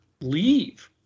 Leave